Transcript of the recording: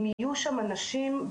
אם יהיו שם אנשים,